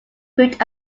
fruit